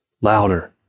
Louder